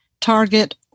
Target